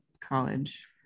college